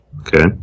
Okay